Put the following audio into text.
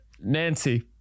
Nancy